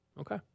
Okay